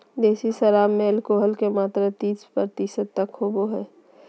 देसी शराब में एल्कोहल के मात्रा तीस प्रतिशत तक होबो हइ